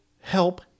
help